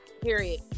Period